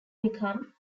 become